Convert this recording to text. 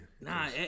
Nah